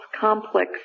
complex